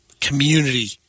community